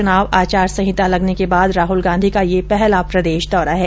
चुनाव आचार संहिता लगने के बाद राहल गांधी का यह पहला प्रदेश दौरा है